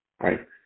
right